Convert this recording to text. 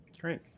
Great